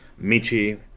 Michi